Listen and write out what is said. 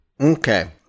Okay